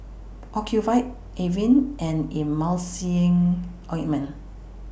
Ocuvite Avene and Emulsying Ointment